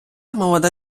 молода